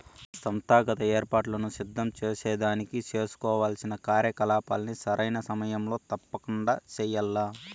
సంస్థాగత ఏర్పాట్లను సిద్ధం సేసేదానికి సేసుకోవాల్సిన కార్యకలాపాల్ని సరైన సమయంలో తప్పకండా చెయ్యాల్ల